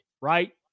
Right